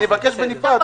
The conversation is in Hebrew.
אני מבקש בנפרד.